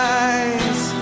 eyes